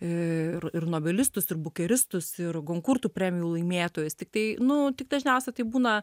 ir ir novelistus ir bukeristus ir gunkurtų premijų laimėtojus tiktai nu tik dažniausia tai būna